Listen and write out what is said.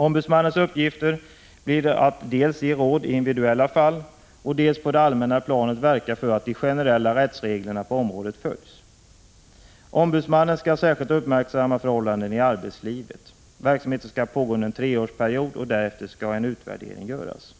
Ombudsmannens uppgifter blir att dels ge råd i individuella fall, dels på det allmänna planet verka för att de generella rättsreglerna på området följs. Ombudsmannen skall särskilt uppmärksamma förhållandena i arbetslivet. Verksamheten skall pågå under en treårsperiod, och därefter skall en utvärdering göras.